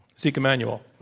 zeke emanuel.